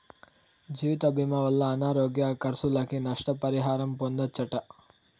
జీవితభీమా వల్ల అనారోగ్య కర్సులకి, నష్ట పరిహారం పొందచ్చట